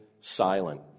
silent